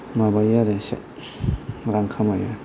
माबायो आरो इसे रां खामायो